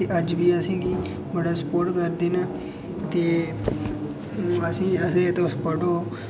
ते अज्ज बी असें गी बड़ा स्पोर्ट करदे न ते असें गी आखदे तुस पढ़ो